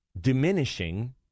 diminishing